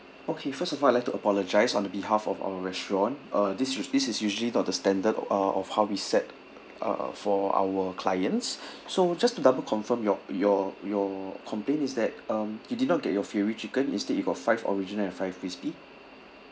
okay first of all I'd like to apologise on behalf of our restaurant uh this is this is usually not the standard uh of how we set uh for our clients so just to double confirm your your your complaint is that um he did not get your fury chicken instead you got five original and five crispy